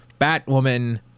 Batwoman